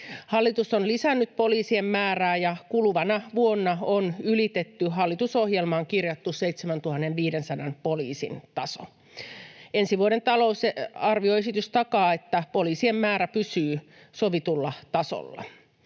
Hallitus on lisännyt poliisien määrää, ja kuluvana vuonna on ylitetty hallitusohjelmaan kirjattu 7 500:n poliisin taso. Ensi vuoden talousar-vioesitys takaa, että poliisien määrä pysyy sovitulla tasolla.